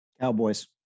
Cowboys